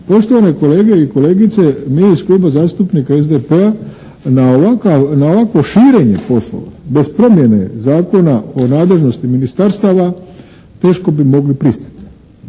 Poštovane kolege i kolegice mi iz Kluba zastupnika SDP-a na ovakvo širenje poslova bez promjene Zakona o nadležnosti ministarstava, teško bi mogli pristati.